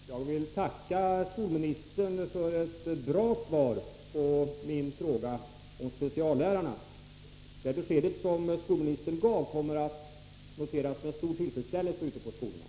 Herr talman! Jag vill tacka skolministern för ett bra svar på min fråga om speciallärarna. Det besked som skolministern gav kommer att noteras med stor tillfredsställelse ute i skolorna.